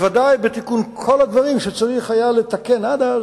ודאי בתיקון כל הדברים שהיה צריך לתקן עד אז,